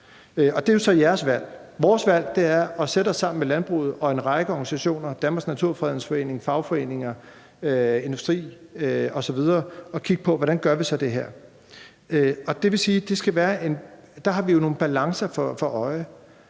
jo så jeres valg. Vores valg er at sætte os sammen med landbruget og en række organisationer – Danmarks Naturfredningsforening, fagforeninger, industri osv. – og kigge på, hvordan vi gør det her. Det vil sige, at der har vi nogle balancer for øje: